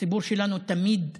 הציבור שלנו תמיד תבע,